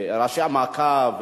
ראשי ועדת המעקב,